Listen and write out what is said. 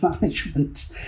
management